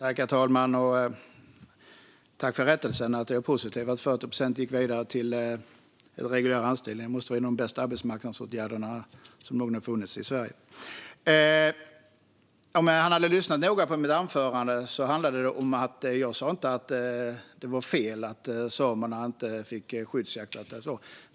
Herr talman! Jag tackar Tomas Kronståhl för rättelsen. Det är positivt att 40 procent gick vidare till reguljära anställningar. Det måste vara en av de bästa arbetsmarknadsåtgärder som någonsin funnits i Sverige. Om Tomas Kronståhl hade lyssnat noga på mitt anförande hade han hört att jag inte sa att det var fel att samerna fick skyddsjakt.